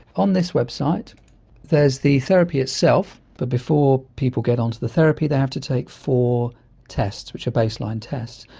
on this website there's the therapy itself, but before people get onto the therapy they have to take four tests which are baseline tests,